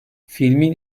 filmin